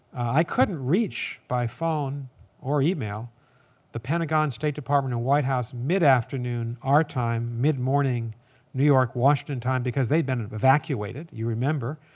i couldn't reach by phone or email the pentagon, state white house mid-afternoon our time, mid-morning new york, washington time because they'd been evacuated, you remember,